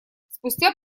спустя